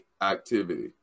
activity